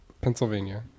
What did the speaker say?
Pennsylvania